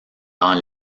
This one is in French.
dans